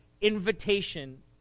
invitation